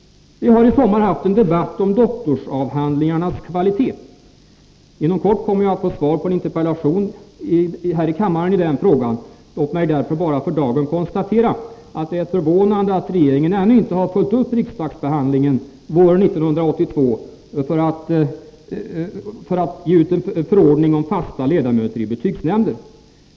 Vi har i sommar haft en debatt om doktorsavhandlingarnas kvalitet. Inom kort kommer jag att få svar på en interpellation här i kammaren i den frågan. Låt mig därför bara för dagen konstatera att det är förvånande att regeringen ännu inte har följt upp riksdagsbehandlingen våren 1982 och gett ut en förordning om fasta ledamöter i betygsnämnder.